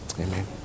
Amen